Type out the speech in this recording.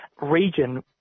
region